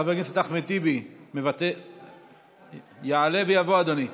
חבר הכנסת אחמד טיבי, יעלה ויבוא אדוני.